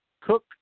Cook